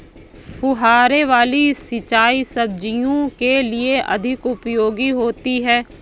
फुहारे वाली सिंचाई सब्जियों के लिए अधिक उपयोगी होती है?